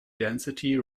density